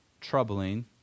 troubling